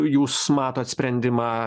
jūs matot sprendimą